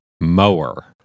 mower